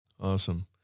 Awesome